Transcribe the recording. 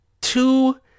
two